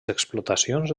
explotacions